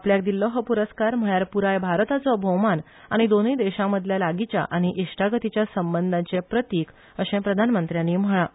आपल्याक दिल्लो हो पुरस्कार म्हळ्यार पूराय भारताचो भौमान आनी दोनूय देशामदल्या लागीच्या आनी इश्टागतीच्या संबंधाचे प्रतिम अशे प्रधानमंत्र्यानी म्हळा